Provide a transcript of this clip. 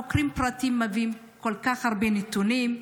חוקרים פרטיים מביאים כל כך הרבה נתונים,